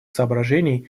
соображений